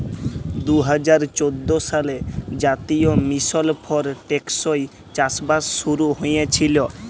দু হাজার চোদ্দ সালে জাতীয় মিশল ফর টেকসই চাষবাস শুরু হঁইয়েছিল